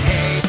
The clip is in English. Hey